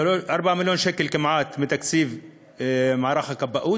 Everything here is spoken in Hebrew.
4 מיליון שקל כמעט מתקציב מערך הכבאות,